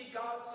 God